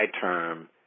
term